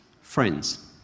friends